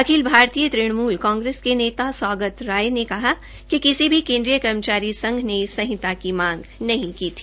अखिल भारतीय तृणमूल कांग्रेस के नेता सौगत राय ने कहा कि किसी भी केन्द्रीय कर्मचारी संघ ने इस संहिता की मांग नहीं की है